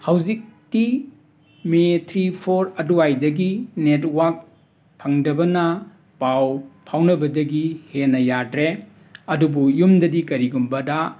ꯍꯧꯖꯤꯛꯇꯤ ꯃꯦ three four ꯑꯗꯨꯋꯥꯏꯗꯒꯤ ꯅꯦꯠꯋꯥꯛ ꯐꯪꯗꯕꯅ ꯄꯥꯎ ꯐꯥꯎꯅꯕꯗꯒꯤ ꯍꯦꯟꯅ ꯌꯥꯗꯔꯦ ꯑꯗꯨꯕꯨ ꯌꯨꯝꯗꯗꯤ ꯀꯔꯤꯒꯨꯝꯕꯗ